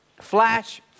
Flash